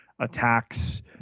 attacks